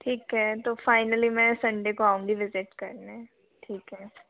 ठीक है तो फ़ाइनली मैं सन्डे को आऊँगी विज़िट करने ठीक है